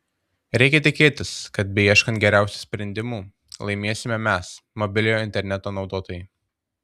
reikia tikėtis kad beieškant geriausių sprendimų laimėsime mes mobiliojo interneto naudotojai